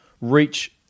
reach